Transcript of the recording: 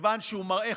מכיוון שהוא מראה